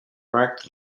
marked